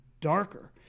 darker